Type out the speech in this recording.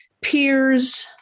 peers